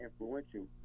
influential